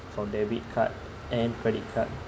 from debit card and credit card